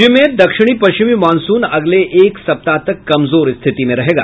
राज्य में दक्षिण पश्चिमी मॉनसून अगले एक सप्ताह तक कमजोर स्थिति में रहेगा